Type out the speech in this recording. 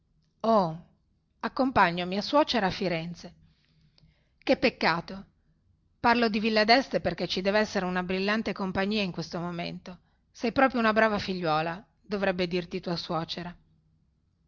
accompagno mia suocera a firenze che peccato parlo di villa deste perchè ci devessere una brillante compagnia in questo momento sei proprio una brava figliuola dovrebbe dirti tua suocera